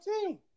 team